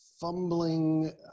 fumbling